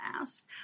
ask